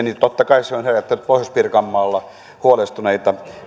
niin totta kai se on herättänyt pohjois pirkanmaalla huolestuneita